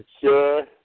Sure